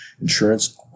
Insurance